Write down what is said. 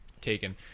taken